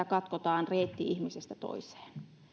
katkotaan reitti ihmisestä toiseen